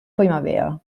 primavera